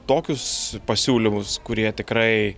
tokius pasiūlymus kurie tikrai